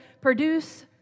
produce